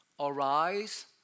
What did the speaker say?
Arise